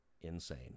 insane